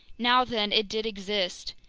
now then, it did exist,